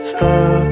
Stop